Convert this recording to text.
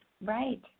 Right